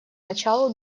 началу